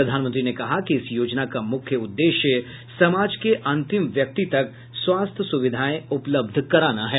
प्रधानमंत्री ने कहा कि इस योजना का मुख्य उद्देश्य समाज के अंतिम व्यक्ति तक स्वास्थ्य सुविधाएं उपलब्ध कराना है